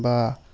বা